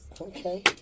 Okay